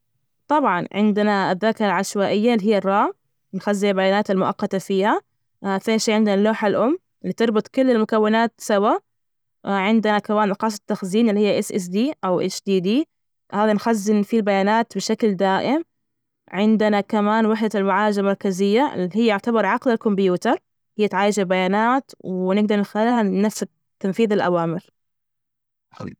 الصين ثقافتها عميقة، وتعتبر واحدة من أقدم الثقافات المستمرة في العالم. أول شي الثقافة الصينية يعني تمتد لآلاف السنوات. سلالات مختلفة سلالة هانز سلالة تانك سلالة مين تحتوي على العديد من التقاليد وال- والعديد من الديانات والتلبوذية، اللغة كمان الصينية هي الأكثر تحدثا في العالم، وهى معقدة، وفيها رموز مرة كثير.